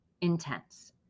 intense